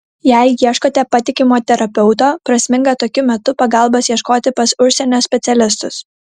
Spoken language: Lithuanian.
jei ieškote patikimo terapeuto prasminga tokiu metu pagalbos ieškoti pas užsienio specialistus